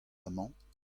amañ